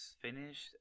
finished